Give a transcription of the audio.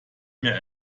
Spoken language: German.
mehr